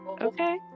Okay